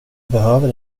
behöver